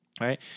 Right